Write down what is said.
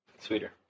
Sweeter